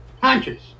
conscious